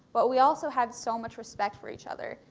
but we also have so much respect for each other.